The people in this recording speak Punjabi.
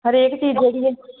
ਹਰੇਕ ਚੀਜ਼ ਜਿਹੜੀ ਆ ਜੀ